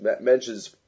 mentions